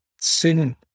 sin